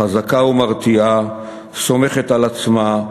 חזקה ומרתיעה, סומכת על עצמה,